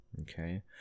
Okay